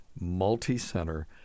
multi-center